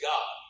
God